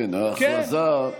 כן, ההכרזה,